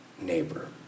neighbor